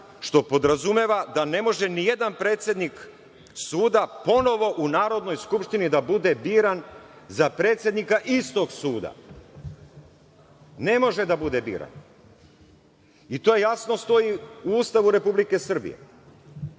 što podrazumeva da ne može nijedan predsednik suda ponovo u Narodnoj skupštini da bude biran za predsednika istog suda. Ne može da bude biran i to jasno stoji u Ustavu Republike Srbije.